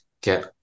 get